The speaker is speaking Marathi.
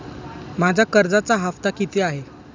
माझा कर्जाचा हफ्ता किती आहे?